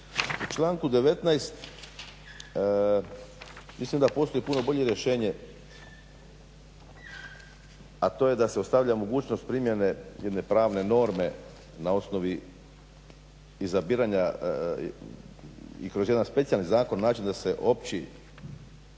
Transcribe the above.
U članku 19. mislim da postoji puno bolje rješenje, a to je da se ostavlja mogućnost primjene jedne pravne norme na osnovi izabiranja i kroz jedan specijalni zakon naći da se opći,